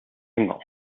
single